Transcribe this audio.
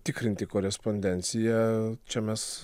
tikrinti korespondenciją čia mes